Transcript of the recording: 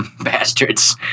bastards